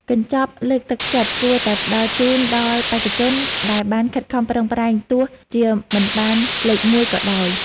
កញ្ចប់លើកទឹកចិត្តគួរតែផ្ដល់ជូនដល់បេក្ខជនដែលបានខិតខំប្រឹងប្រែងទោះជាមិនបានលេខមួយក៏ដោយ។